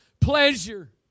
pleasure